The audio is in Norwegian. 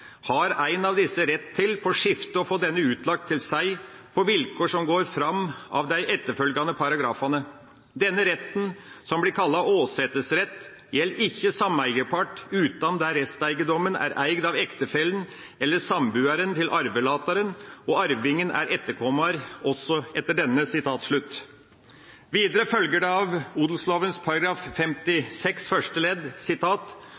har ein av desse rett til på skifte å få denne utlagt til seg, på vilkår som går fram av dei etterfølgjande paragrafane. Denne retten, som blir kalla åsetesrett, gjeld ikkje sameigepart utan der resteigedomen er eigd av ektefellen eller sambuaren til arvelataren og arvingen er etterkomar også etter denne.» Videre følger det av odelsloven § 56 første ledd: